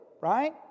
Right